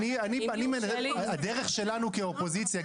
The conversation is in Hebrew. הדרך שלנו כאופוזיציה,